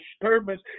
disturbance